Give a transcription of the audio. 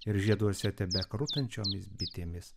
ir žieduose tebekrutančiomis bitėmis